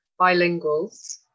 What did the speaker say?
bilinguals